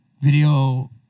video